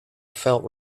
felt